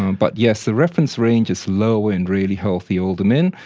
but yes, the reference range is low in really healthy older men,